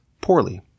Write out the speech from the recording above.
poorly